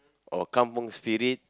or kampung spirit